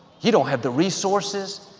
you don't have the resources,